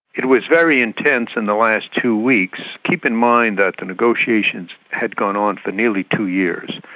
it was very intense in the last two weeks. keep in mind that the negotiations had gone on for nearly two years,